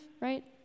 right